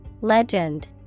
Legend